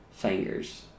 Fingers